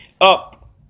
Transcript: up